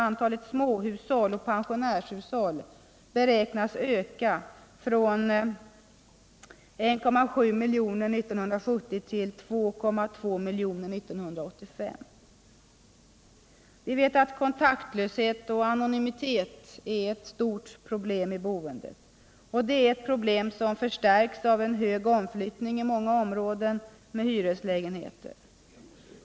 Antalet småhushåll och pensionärshushåll beräknas öka från 1,7 miljoner 1970 till 2,2 miljoner 1985. Vi vet att kontaktlöshet och anonymitet är stora problem i samband rmed boendet, problem som förstärks av en hög omflyttning i många områden med hyreslägenheter.